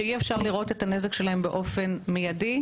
שאי אפשר לראות את הנזק שלהם באופן מיידי.